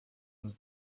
nos